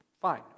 fine